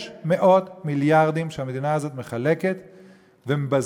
יש מאות מיליארדים שהמדינה הזאת מחלקת ומבזבזת,